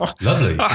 lovely